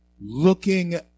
looking